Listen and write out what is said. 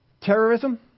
terrorism